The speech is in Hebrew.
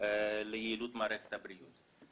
ליעילות מערכת הבריאות.